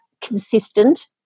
consistent